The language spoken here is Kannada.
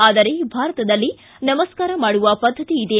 ಆದರೆ ಭಾರತದಲ್ಲಿ ನಮಸ್ಕಾರ ಮಾಡುವ ಪದ್ಧತಿ ಇದೆ